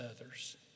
others